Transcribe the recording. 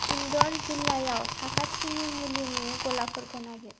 इन्दर जिल्लायाव साखाथिनि मुलिनि गलाफोरखौ नागिर